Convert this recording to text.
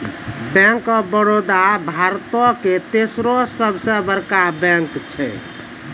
bank of Baroda भारतो के तेसरो सभ से बड़का बैंक छै